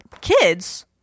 kids